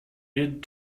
mid